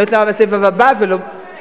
אני לא יודעת למה בסבב הבא ולא, לא משנה,